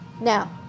Now